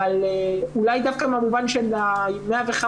אבל אולי דווקא במובן של 105,